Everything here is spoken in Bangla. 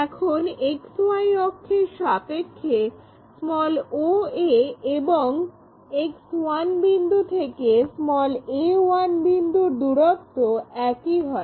এখন XY অক্ষের সাপেক্ষে oa এবং X1 বিন্দু থেকে a1 বিন্দুর দূরত্ব একই হয়